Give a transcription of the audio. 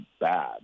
bad